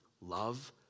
love